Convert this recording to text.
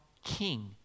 King